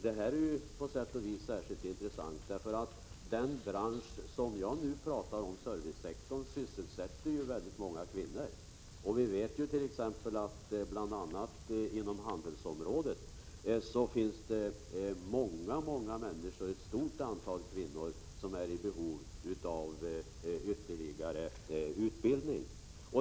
Det är särskilt intressant, därför att den bransch jag talar om, dvs. servicesektorn, sysselsätter många kvinnor. Bl. a. på handelsområdet är ett stort antal kvinnor i behov av ytterligare utbildning.